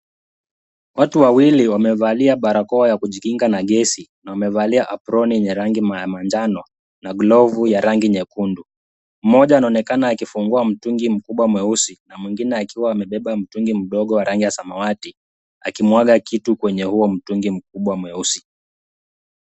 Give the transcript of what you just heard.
Watu wawili wamevaa barakoa ya kujikinga na gesi na wamevalia aproni yenye rangi manjano na glavu ya rangi nyekundu. Mmoja anaonekana akifungua mtungi mkubwa mweusi na mwingine akiwa amebeba mtungi mdogo wa rangi ya samawati akimwaga kitu kwenye huo mtungi mweusi.